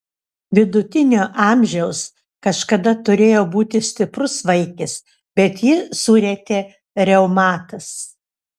vidutinio amžiaus kažkada turėjo būti stiprus vaikis bet jį surietė reumatas